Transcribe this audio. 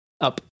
up